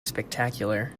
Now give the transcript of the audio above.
spectacular